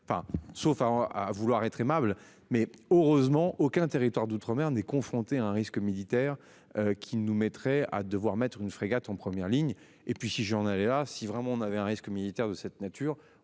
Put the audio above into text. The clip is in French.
enfin sauf à à vouloir être aimable mais heureusement aucun territoire d'outre-mer n'est confrontée à un risque militaire qui nous mettrait à devoir mettre une frégate en première ligne et puis si j'en Léa si vraiment on avait un risque militaire de cette nature,